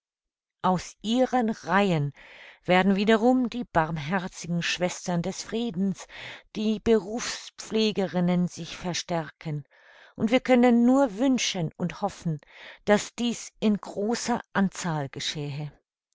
aus ihren reihen werden wiederum die barmherzigen schwestern des friedens die berufspflegerinnen sich verstärken und wir können nur wünschen und hoffen daß dies in großer anzahl geschehe